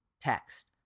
text